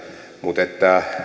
mutta